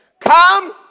come